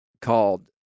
called